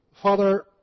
Father